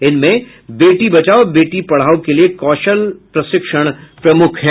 इनमें बेटी बचाओ बेटी पढ़ाओं के लिए कौशल प्रशिक्षण प्रमुख है